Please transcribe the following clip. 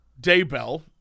Daybell